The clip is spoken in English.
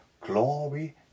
glory